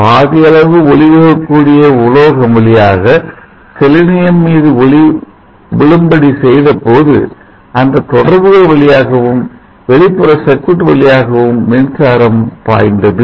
பாதியளவு ஒளி புகக் கூடிய உலோகம் வழியாக செலினியம்மீது ஒளி விழும்படி செய்தபோது அந்தத் தொடர்புகள் வழியாகவும் வெளிப்புற சர்க்யூட் வழியாகவும்மின்சாரம் பாய்ந்தது